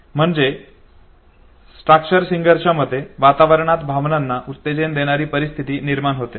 म्हणजे स्चाक्टर सिंगरच्या मते वातावरणात भावनांना उत्तेजन देणारी परिस्थिती निर्माण होते